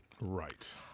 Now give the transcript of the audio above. Right